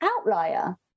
outlier